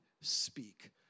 speak